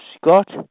Scott